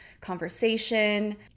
conversation